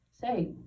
say